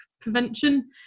prevention